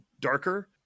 darker